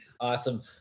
awesome